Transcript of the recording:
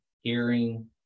hearing